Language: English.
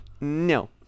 no